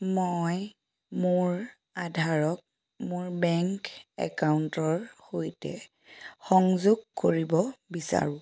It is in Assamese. মই মোৰ আধাৰক মোৰ বেংক একাউণ্টৰ সৈতে সংযোগ কৰিব বিচাৰোঁ